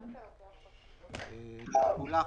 תחולה,